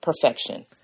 perfection